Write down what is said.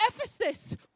Ephesus